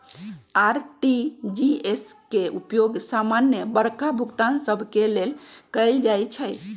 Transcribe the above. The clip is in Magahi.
आर.टी.जी.एस के उपयोग समान्य बड़का भुगतान सभ के लेल कएल जाइ छइ